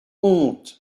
honte